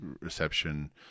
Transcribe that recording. reception